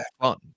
Fun